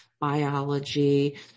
biology